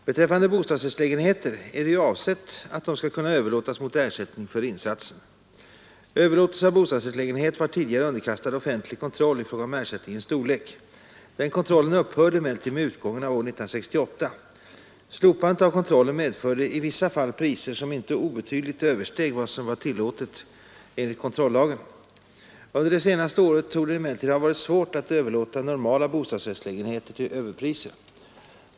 Beträffande bostadsrättslägenheter är det ju avsett att de skall kunna överlåtas mot ersättning för insatsen. Överlåtelse av bostadsrättslägenhet var tidigare underkastad offentlig kontroll i fråga om ersättningens storlek. Denna kontroll upphörde emellertid med utgången av år 1968. Slopandet av kontrollen medförde i vissa fall priser som inte obetydligt översteg vad som var tillåtet enligt kontrollagen. Under det senaste året torde det emellertid ha varit svårt att överlåta normala bostadsrättslägenheter till överpriser.